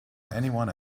anyone